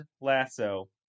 Lasso